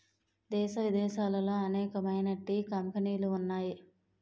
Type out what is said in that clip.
దేశ విదేశాలలో అనేకమైన టీ కంపెనీలు ఉన్నాయి